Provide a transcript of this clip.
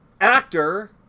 Actor